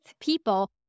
people